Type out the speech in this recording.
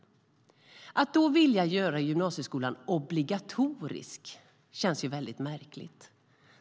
Att då vilja göra gymnasieskolan obligatorisk känns märkligt.